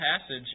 passage